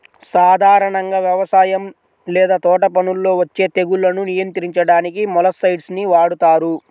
సాధారణంగా వ్యవసాయం లేదా తోటపనుల్లో వచ్చే తెగుళ్లను నియంత్రించడానికి మొలస్సైడ్స్ ని వాడుతారు